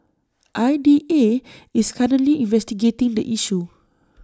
I D A is currently investigating the issue